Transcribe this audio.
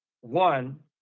one